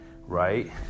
Right